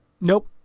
Nope